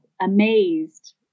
amazed